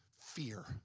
fear